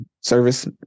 service